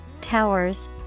towers